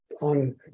on